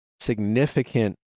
significant